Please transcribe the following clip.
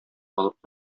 алып